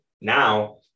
Now